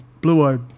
blue-eyed